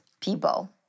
people